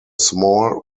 small